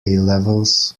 levels